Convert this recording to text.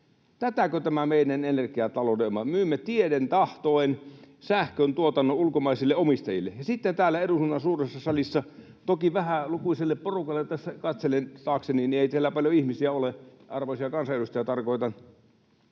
Tätäkö tämä meidän energiatalous on? Myymme tieten tahtoen sähköntuotannon ulkomaisille omistajille. Sitten täällä eduskunnan suuressa salissa ei ole kiinnostusta tälle asialle, toki vähälukuiselle porukalle on — tässä katselen taakseni, ei täällä paljon ihmisiä ole, arvoisia kansanedustajia tarkoitan